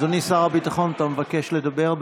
אדוני שר הביטחון, אתה מבקש לדבר?